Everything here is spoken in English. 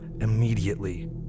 Immediately